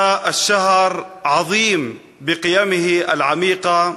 החודש הזה נשגב בערכיו העמוקים,